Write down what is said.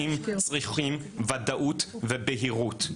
משקיעים צריכים וודאות ובהירות.